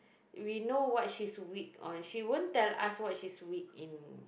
we know what she's weak on she won't tell us what she's weak in